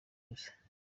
gusa